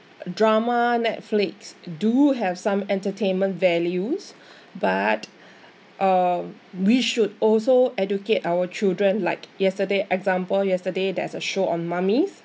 drama Netflix do have some entertainment values but uh we should also educate our children like yesterday example yesterday there's a show on mummies